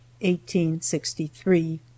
1863